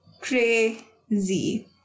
Crazy